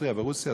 באוסטריה ורוסיה?